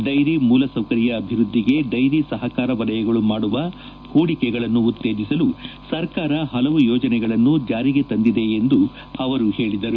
dairy ಮೂಲಸೌಕರ್ಯ ಅಭಿವೃದ್ಧಿಗೆ dairy ಸಹಕಾರ ವಲಯಗಳು ಮಾಡುವ ಹೂಡಿಕೆಗಳನ್ನು ಉತ್ತೇಜಿಸಲು ಸರ್ಕಾರ ಹಲವು ಯೋಜನೆಗಳನ್ನು ಜಾರಿಗೆ ತಂದಿದೆ ಎಂದು ಅವರು ಹೇಳಿದರು